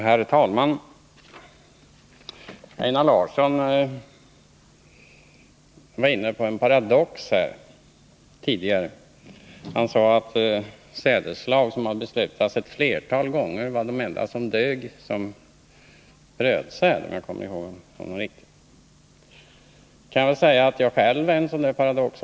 Herr talman! Einar Larsson talade tidigare om en paradox. Han sade att sädesslag som hade besprutats ett flertal gånger var de enda som dög som brödsäd, om jag kom ihåg rätt. Jag kan säga att jag själv också är en sådan paradox.